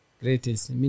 Greatest